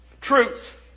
Truth